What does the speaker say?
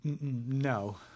No